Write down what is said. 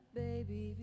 baby